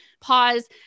pause